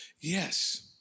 Yes